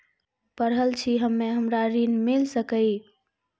पढल छी हम्मे हमरा ऋण मिल सकई?